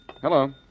Hello